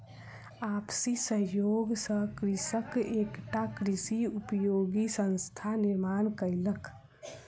आपसी सहयोग सॅ कृषक एकटा कृषि सहयोगी संस्थानक निर्माण कयलक